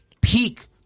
peak